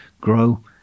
grow